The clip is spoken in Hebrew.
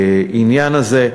בעניין הזה.